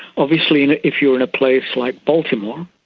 obviously if you are in a place like baltimore,